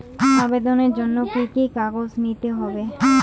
আবেদনের জন্য কি কি কাগজ নিতে হবে?